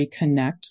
reconnect